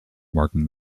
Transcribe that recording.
marking